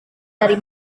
dari